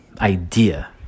idea